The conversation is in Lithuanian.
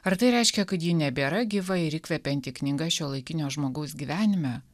ar tai reiškia kad ji nebėra gyva ir įkvepianti knyga šiuolaikinio žmogaus gyvenime